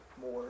more